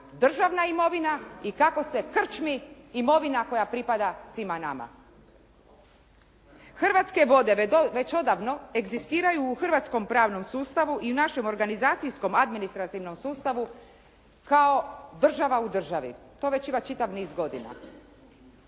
državna imovina i kako se krčmi imovina koja pripada svima nama. Hrvatske vode već odavno egzistiraju u hrvatskom pravnom sustavu i u našem organizacijskom administrativnom sustavu kao država u državi. To već ima čitav niz godina.